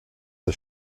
der